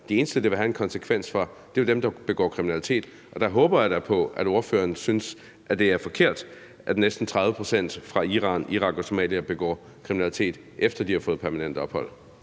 De eneste, det vil have en konsekvens for, er jo dem, der begår kriminalitet, og der håber jeg da på, at ordføreren synes, at det er et problem, at næsten 30 pct. af dem fra Irak, Iran og Somalia begår kriminalitet, efter at de har fået permanent ophold.